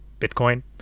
Bitcoin